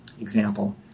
example